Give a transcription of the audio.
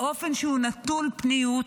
באופן נטול פניות,